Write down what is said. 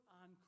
on